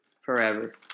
forever